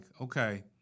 okay